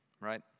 right